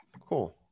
Cool